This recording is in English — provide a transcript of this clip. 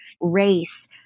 race